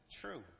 true